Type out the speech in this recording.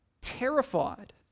terrified